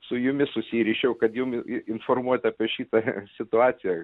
su jumis susiryšiau kad jum i informuot apie šitą situaciją